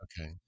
Okay